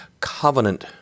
Covenant